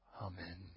amen